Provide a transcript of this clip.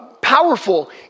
powerful